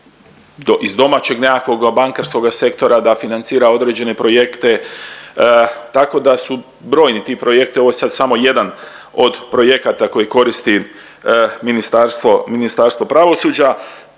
iz domaćeg nekakvog bankarskoga sektora da financira određene projekte, tako da su brojni ti projekti. Ovo je sad samo jedan od projekata koji koristi Ministarstvo pravosuđa